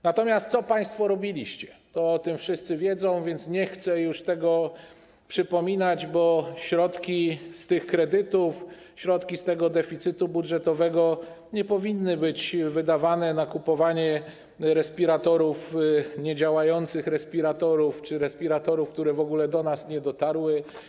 Natomiast co państwo robiliście, o tym wszyscy wiedzą, więc nie chcę już przypominać, bo środki z tych kredytów, środki z tego deficytu budżetowego nie powinny być wydawane na kupowanie niedziałających respiratorów czy respiratorów, które w ogóle do nas nie dotarły.